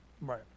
Right